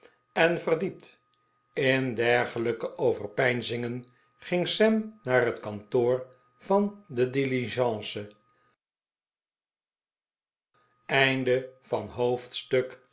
en verdiept in dergelijke overpeinzingen ging sam naar het kantoor van de diligence